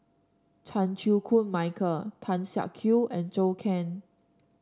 Chan Chew Koon Michael Tan Siak Kew and Zhou Can